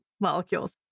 molecules